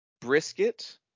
brisket